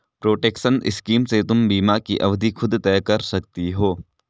protection scheme से तुम बीमा की अवधि खुद तय कर सकती हो